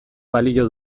balio